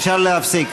אפשר להפסיק.